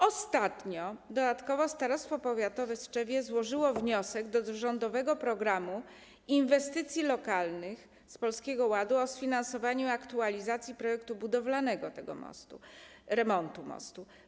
Ostatnio dodatkowo starostwo powiatowe w Tczewie złożyło wniosek do rządowego programu inwestycji lokalnych w ramach Polskiego Ładu o sfinansowanie aktualizacji projektu budowlanego remontu mostu.